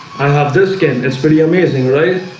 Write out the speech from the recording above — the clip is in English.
i have this skin. it's pretty amazing, right?